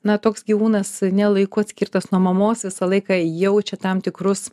na toks gyvūnas ne laiku atskirtas nuo mamos visą laiką jaučia tam tikrus